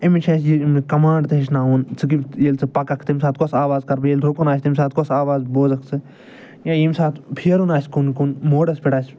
أمِس چھِ اَسہِ یہِ نہٕ کَمانٛڈ تہِ ہیٚچھناوُن ژٕ ییٚلہِ ژٕ پَککھ تَمہِ ساتہٕ کۄس آواز کرٕ بہٕ ییٚلہِ رُکُن آسہِ تَمہِ ساتہٕ کۄس آواز بوزَکھ ژٕ یا ییٚمہِ ساتہٕ پھیرُن آسہِ کُن کُن موڈَس پٮ۪ٹھ آسہِ